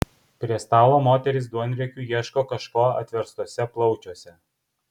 prie stalo moterys duonriekiu ieško kažko atverstuose plaučiuose